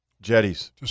jetties